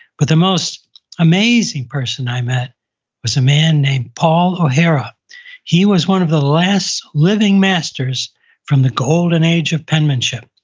but the most amazing person i met was a man named paul o'hara he was one of the last living masters from the golden age of penmanship.